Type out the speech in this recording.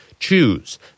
Choose